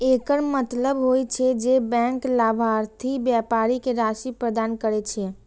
एकर मतलब होइ छै, जे बैंक लाभार्थी व्यापारी कें राशि प्रदान करै छै